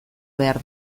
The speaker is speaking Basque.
behar